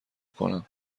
کنم